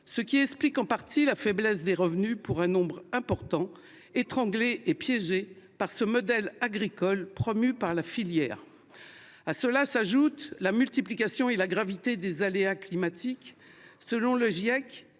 ce qui explique en partie la faiblesse des revenus d'un grand nombre d'agriculteurs, étranglés et piégés par ce modèle agricole promu par la filière. S'y ajoutent la multiplication et la gravité des aléas climatiques : selon le Groupe